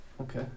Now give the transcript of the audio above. Okay